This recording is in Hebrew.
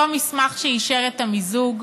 אותו מסמך שאישר את המיזוג.